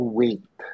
wait